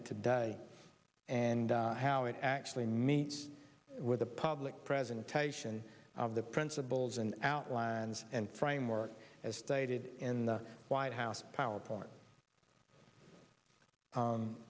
it today and how it actually meets with the public presentation of the principles and outlines and framework as stated in the white house power point